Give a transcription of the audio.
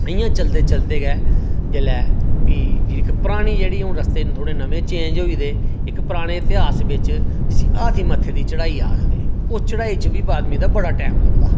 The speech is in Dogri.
इ'यां चलदे चलदे गे फ्ही इक पराने जेहड़े हून रस्ते न नमें चेंज होई दे न पराने इतिहास च हाथी मत्थे दी चढ़ाई आखदे चढाई च बी आदमी दा ज्यादा टाइम लगदा